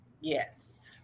Yes